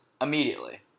immediately